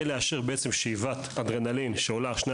כדי לאפשר שאיבת אדרנלין שעולה 2,